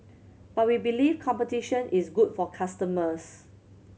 but we believe competition is good for customers